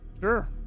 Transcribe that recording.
sure